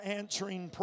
answering